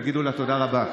תגידו לה תודה רבה.